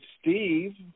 Steve